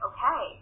Okay